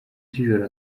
z’ijoro